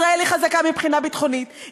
ישראל היא חזקה מבחינה ביטחונית,